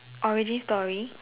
origin story